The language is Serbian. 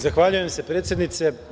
Zahvaljujem se, predsednice.